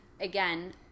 again